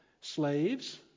Slaves